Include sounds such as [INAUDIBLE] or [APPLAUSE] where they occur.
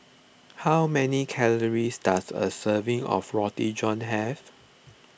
[NOISE] how many calories does a serving of Roti John have